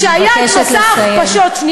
כשהיה מסע ההכפשות, אני מבקשת לסיים.